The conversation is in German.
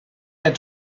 der